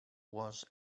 was